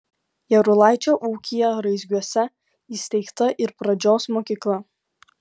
jarulaičio ūkyje raizgiuose įsteigta ir pradžios mokykla